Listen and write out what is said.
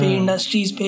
industries